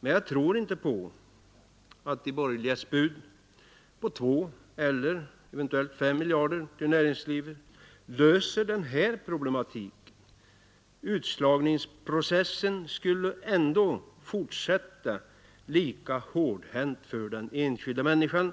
Men jag tror inte på att de borgerligas bud på 2 eller eventuellt 5 miljarder till näringslivet löser den här problematiken. Utslagningsprocessen skulle ändå fortsätta lika hårdhänt för den enskilda människan,